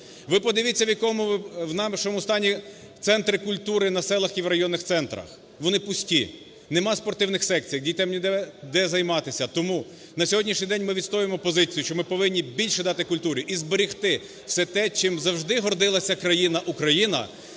Ви подивіться в якому стані центри культури на селах і в районних центрах, вони пусті, нема спортивних секцій, дітям ніде займатися. Тому на сьогоднішній день ми відстоюємо позицію, що ми повинні більше дати культурі і зберегти все те, чим завжди гордилася країна Україна,